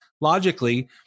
logically